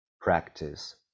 practice